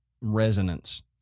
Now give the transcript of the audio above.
resonance